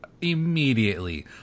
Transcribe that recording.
immediately